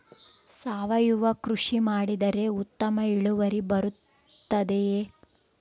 ಸಾವಯುವ ಕೃಷಿ ಮಾಡಿದರೆ ಉತ್ತಮ ಇಳುವರಿ ಬರುತ್ತದೆಯೇ?